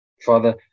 Father